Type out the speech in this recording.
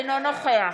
אינו נוכח